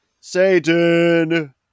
Satan